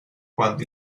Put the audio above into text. cuando